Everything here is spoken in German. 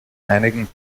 einigen